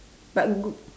but good